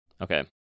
Okay